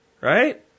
right